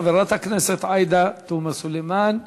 חברת הכנסת עאידה תומא סלימאן,